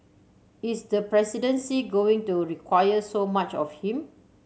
is the presidency going to require so much of him